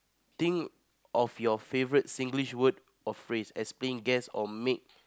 think of your favourite Singlish word or phrase explain guess or make